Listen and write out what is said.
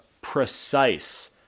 precise